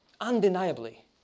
undeniably